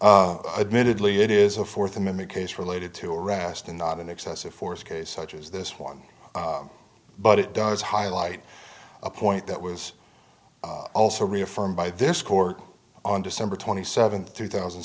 admitted lee it is a fourth amendment case related to arrest in not an excessive force case such as this one but it does highlight a point that was also reaffirmed by this court on december twenty seventh two thousand